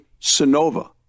Sonova